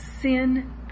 Sin